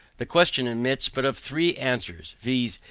the question admits but of three answers, viz.